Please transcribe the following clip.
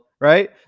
right